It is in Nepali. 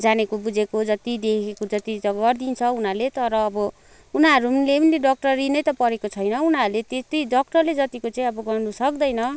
जानेको बुझेको जति देखेको जति त गरिदिन्छ उनीहरले तर अब उनीहरूले पनि त डक्टरी नै त पढेको छैन उनीहरूले जति डक्टरले जतिको चाहिँ उनीहरूले गर्नु सक्दैन